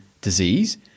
disease